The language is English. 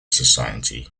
society